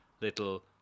little